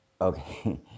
Okay